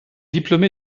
diplômé